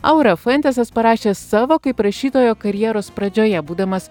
aurą fuentesas parašė savo kaip rašytojo karjeros pradžioje būdamas